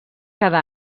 cada